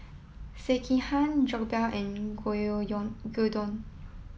Sekihan Jokbal and Gyudon